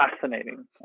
fascinating